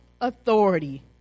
authority